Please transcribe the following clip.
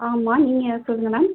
ஆமாம் நீங்கள் யார் சொல்லுங்கள் மேம்